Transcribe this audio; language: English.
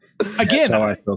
Again